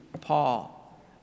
Paul